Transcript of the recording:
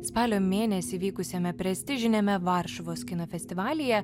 spalio mėnesį vykusiame prestižiniame varšuvos kino festivalyje